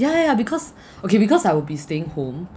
ya ya ya because okay because I will be staying home